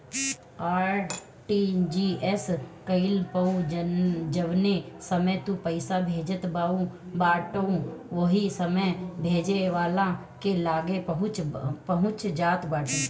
RTGS कईला पअ जवने समय तू पईसा भेजत बाटअ उ ओही समय भेजे वाला के लगे पहुंच जात बाटे